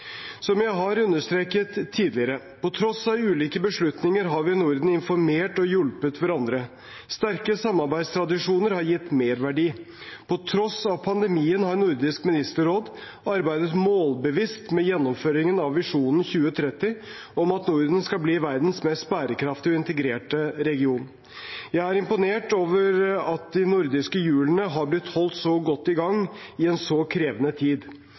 Som jeg har understreket tidligere: Til tross for ulike beslutninger har vi i Norden informert og hjulpet hverandre. Sterke samarbeidstradisjoner har gitt merverdi. Til tross for pandemien har Nordisk ministerråd arbeidet målbevisst med gjennomføringen av Visjon 2030 om at Norden skal bli verdens mest bærekraftige og integrerte region. Jeg er imponert over at de nordiske hjulene har blitt holdt så godt i gang i en så krevende tid.